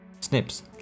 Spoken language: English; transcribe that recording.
Snips